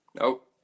Nope